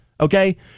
Okay